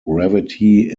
gravity